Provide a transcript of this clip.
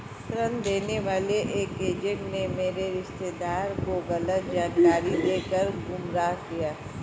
ऋण देने वाले एक एजेंट ने मेरे रिश्तेदार को गलत जानकारी देकर गुमराह किया